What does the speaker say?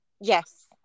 yes